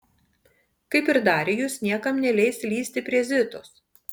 kaip ir darijus niekam neleis lįsti prie zitos